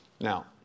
Now